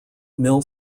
mill